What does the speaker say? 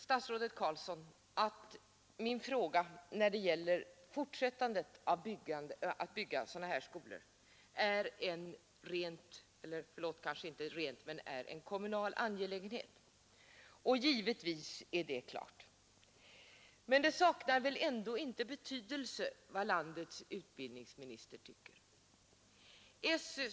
Statsrådet Carlsson säger att min fråga rörande spörsmålet om man skall fortsätta bygga sådana skolor är en kommunal angelägenhet, och givetvis är det riktigt. Men det saknar väl ändå inte betydelse vad landets utbildningsminister tycker?